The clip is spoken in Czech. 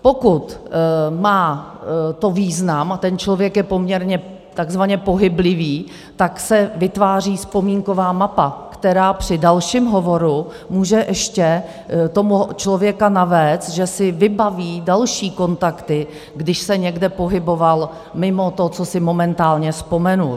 Pokud to má význam a ten člověk je poměrně takzvaně pohyblivý, tak se vytváří vzpomínková mapa, která při dalším hovoru může ještě toho člověka navést, že si vybaví další kontakty, když se někde pohyboval mimo to, co si momentálně vzpomněl.